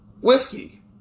whiskey